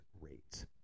rates